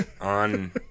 On